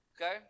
Okay